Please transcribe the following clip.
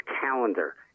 calendar